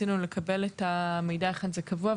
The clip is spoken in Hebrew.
רצינו לקבל את המידע היכן זה קבוע,